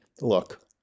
look